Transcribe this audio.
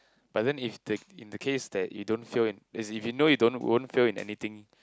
but then if they in the case that you don't fail in as if you know you don't won't fail in anything